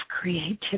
creativity